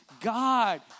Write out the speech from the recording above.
God